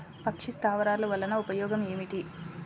పక్షి స్థావరాలు వలన ఉపయోగం ఏమిటి?